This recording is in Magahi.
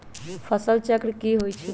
फसल चक्र की होइ छई?